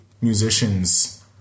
musicians